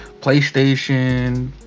PlayStation